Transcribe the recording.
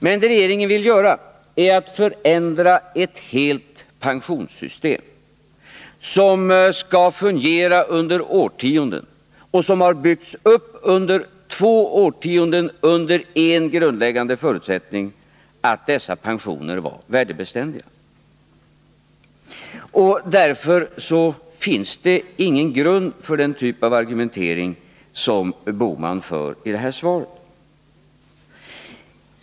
Men det som regeringen vill göra är att förändra ett helt pensionssystem, som skall fungera under årtionden och som har byggts upp under två årtionden under en enda grundläggande förutsättning, nämligen den att dessa pensioner skall vara värdebeständiga. Därför finns det ingen grund för den typ av argumentering som Gösta Bohman använder i det här svaret.